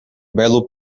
belo